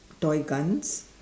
toy guns